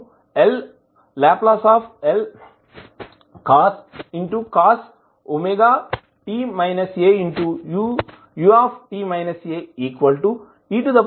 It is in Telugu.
మనకు Lcos wt aue asss2w2 లభిస్తుంది